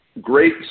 great